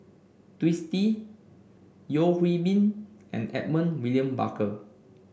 Twisstii Yeo Hwee Bin and Edmund William Barker